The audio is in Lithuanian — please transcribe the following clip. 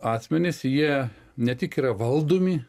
asmenys jie ne tik yra valdomi